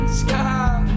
sky